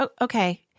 okay